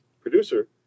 producer